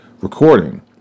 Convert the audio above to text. recording